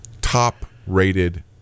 top-rated